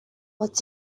what